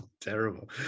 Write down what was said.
Terrible